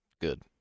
Good